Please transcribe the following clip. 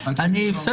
אני אומר